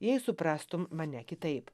jei suprastum mane kitaip